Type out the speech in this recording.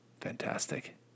Fantastic